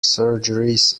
surgeries